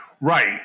Right